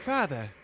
Father